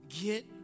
get